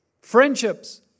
Friendships